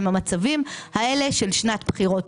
הם המצבים של שנת בחירות,